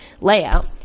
layout